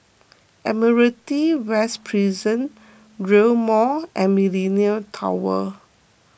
Admiralty West Prison Rail Mall and Millenia Tower